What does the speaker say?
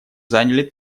заняли